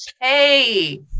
Hey